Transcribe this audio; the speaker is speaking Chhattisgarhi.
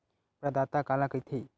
प्रदाता काला कइथे?